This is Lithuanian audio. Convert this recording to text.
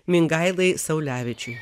mingailai saulevičiui